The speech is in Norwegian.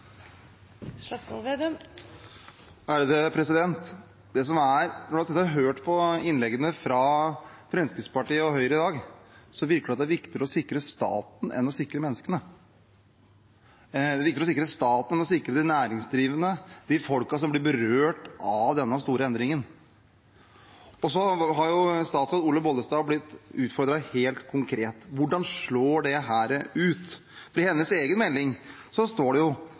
Slagsvold Vedum eventuelt er med? Når en har sittet og hørt på innleggene fra Fremskrittspartiet og Høyre i dag, virker det som om det er viktigere å sikre staten enn å sikre menneskene. Det er viktigere å sikre staten enn å sikre de næringsdrivende, de folka som blir berørt av denne store endringen. Statsråd Olaug V. Bollestad har blitt utfordret helt konkret: Hvordan slår dette ut? I hennes egen proposisjon står det jo